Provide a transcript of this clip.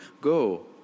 go